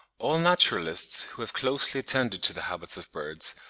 all naturalists who have closely attended to the habits of birds,